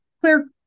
clear